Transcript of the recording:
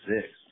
six